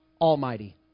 Almighty